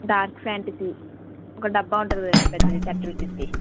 dark Fantasy ఒక డబ్బా ఉంటుంది కదండీ పెద్దది థర్టీ రూపీస్ ది